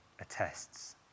attests